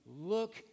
look